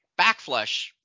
backflush